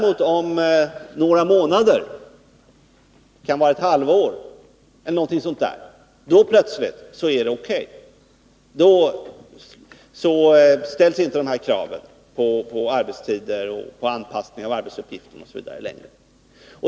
Om några månader eller ett halvår däremot — då är det plötsligt O. K., då ställs inte längre dessa krav på arbetstider, på anpassningen till arbetsuppgifter osv.